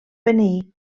beneir